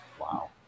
wow